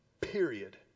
Period